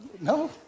No